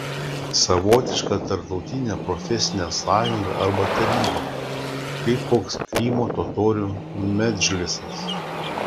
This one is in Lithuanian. savotiška tarptautinė profesinė sąjunga arba taryba kaip koks krymo totorių medžlisas